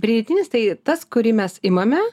pridėtinis tai tas kurį mes imame